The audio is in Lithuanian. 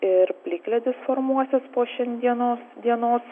ir plikledis formuosis po šiandieno dienos